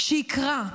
שיקרא.